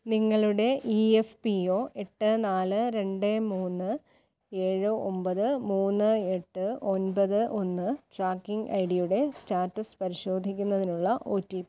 നിങ്ങളുടെ ഈ F P O എട്ട് നാല് രണ്ട് മൂന്ന് ഏഴ് ഒൻപത് മൂന്ന് എട്ട് ഒൻപത് ഒന്ന് ട്രാക്കിങ്ങ് ഐ ഡിയുടെ സ്റ്റാറ്റസ് പരിശോധിക്കുന്നതിനുള്ള ഓ ടി പി